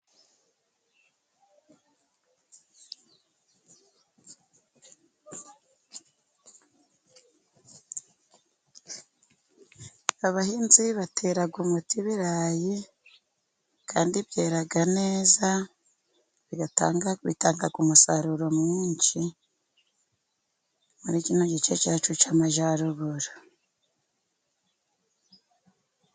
Abahinzi batera umuti ibirayi, kandi byera neza bitanga umusaruro mwinshi, muri kino gice cyacu cy'Amajyaruguru.